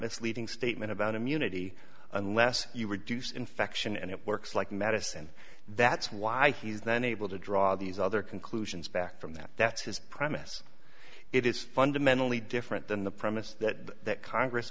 misleading statement about immunity unless you reduce infection and it works like medicine that's why he's then able to draw these other conclusions back from that that's his premise it is fundamentally different than the premise that congress